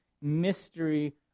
mystery